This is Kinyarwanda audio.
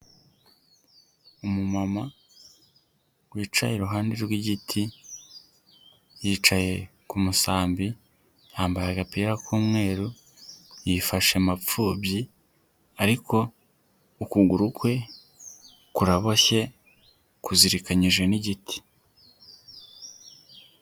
Umumama wicaye iruhande rw'igiti yicaye ku musambi yambara agapira k'umweru yifashe mafubyi ariko ukuguru kwe kuraboshye kuzirikanyije n'igiti.